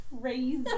crazy